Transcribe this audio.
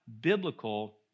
biblical